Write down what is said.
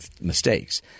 mistakes